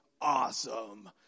awesome